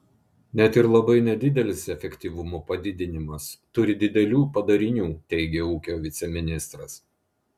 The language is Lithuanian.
net ir labai nedidelis efektyvumo padidinimas turi didelių padarinių teigė ūkio viceministras